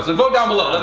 vote down below,